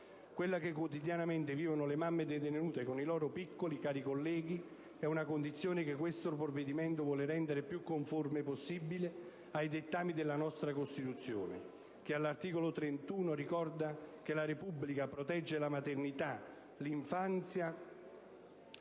Quella che quotidianamente vivono le mamme detenute con i loro piccoli, cari colleghi, è una condizione che questo provvedimento vuole rendere più conforme possibile ai dettami della nostra Costituzione, che all'articolo 31 ricorda che la Repubblica «protegge la maternità, l'infanzia e la